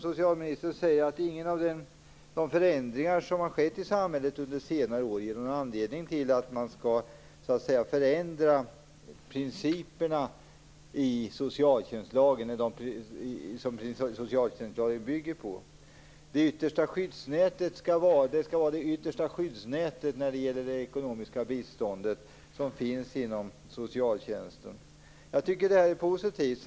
Socialministern säger att ingen av de förändringar som har skett i samhället under senare år ger någon anledning till förändring av de principer som socialtjänstlagen bygger på och att socialbidraget skall vara det yttersta skyddsnätet när det gäller det ekonomiska biståndet inom socialtjänsten. Jag tycker att detta är positivt.